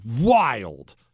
wild